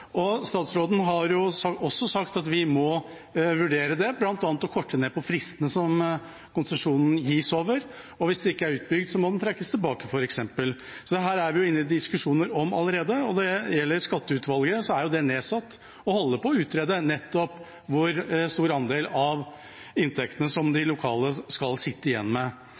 konsesjonsinstituttet. Statsråden har også sagt at vi må vurdere det, bl.a. å korte ned på fristene som konsesjonen gis over, og hvis det ikke er utbygd, må den trekkes tilbake, f.eks. Så dette er vi inne i diskusjoner om allerede. Når det gjelder Skatteutvalget, er det nedsatt og holder på å utrede nettopp hvor stor andel av inntektene de lokale skal sitte igjen med.